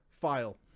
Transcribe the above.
file